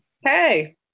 Hey